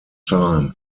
time